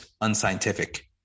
unscientific